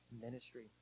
ministry